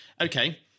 Okay